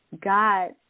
God